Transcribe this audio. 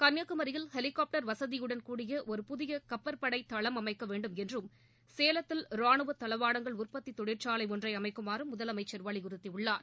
கன்னியாகுமரியில் ஹெலிகாப்டர் வசதியுடன் கூடிய ஒரு புதிய கப்பற்படைத் தளம் அமைக்க வேண்டுமென்றும் சேலத்தில் ரானுவ தளவாடங்கள் உறபத்தி தொழிற்சாலை ஒன்றை அமைக்குமாறும் முதலமைச்சர் வலியுறுத்தியுள்ளார்